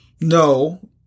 No